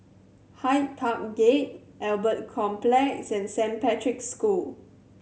Hyde Park Gate Albert Complex and Saint Patrick's School